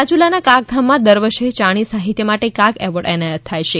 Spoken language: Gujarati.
રાજુલાના કાગધામમાં દર વર્ષે ચારણી સાહિત્ય માટે કાગ એવોર્ડ એનાયત થાય છે